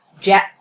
jet